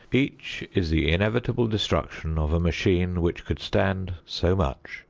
each is the inevitable destruction of a machine which could stand so much,